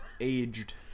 aged